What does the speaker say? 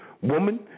woman